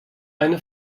eine